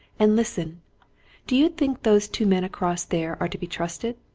and listen do you think those two men across there are to be trusted?